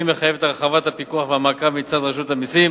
מחייבת הרחבת הפיקוח והמעקב מצד רשות המסים